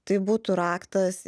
tai būtų raktas